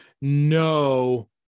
no